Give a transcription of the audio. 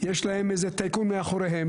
יש להם איזה טייקון מאחוריהם.